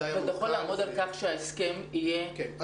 אבל אתה יכול לעמוד על כך שההסכם יהיה --- כמו כל דבר?